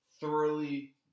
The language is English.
thoroughly